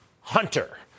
Hunter